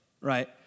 right